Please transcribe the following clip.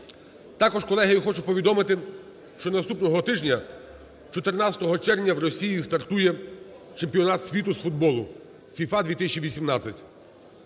Також, колеги, я хочу повідомити, що наступного тижня, 14 червня, в Росії стартує Чемпіонат світу з футболу ФІФА 2018.